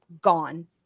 gone